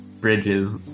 bridges